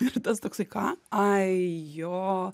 ir tas toksai ką ai jo